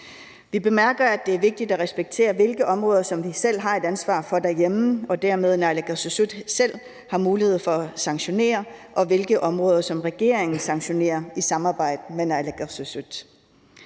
Vi bemærker, at det er vigtigt at respektere, hvilke områder vi selv har et ansvar for derhjemme, og som naalakkersuisut dermed selv har mulighed for at sanktionere, og hvilke områder regeringen sanktionerer i samarbejde med naalakkersuisut.